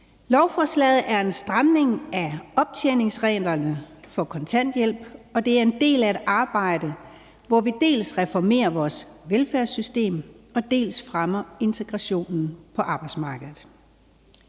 Lovforslaget er en stramning af optjeningsreglerne for kontanthjælp, og det er en del af et arbejde, hvor vi dels reformerer vores velfærdssystemer og dels fremmer integrationen på arbejdsmarkedet.